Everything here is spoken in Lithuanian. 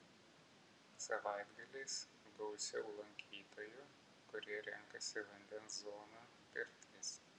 savaitgaliais gausiau lankytojų kurie renkasi vandens zoną pirtis